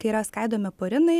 kai yra skaidomi purinai